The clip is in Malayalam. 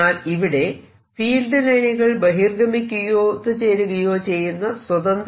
എന്നാൽ ഇവിടെ ഫീൽഡ് ലൈനുകൾ ബഹിർഗമിക്കുകയോ ഒത്തുചേരുകയോ ചെയ്യുന്ന സ്വതന്ത്ര